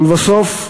ולבסוף,